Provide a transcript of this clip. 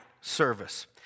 service